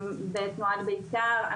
בתנועת בית"ר.